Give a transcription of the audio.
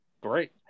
Great